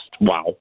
Wow